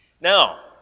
Now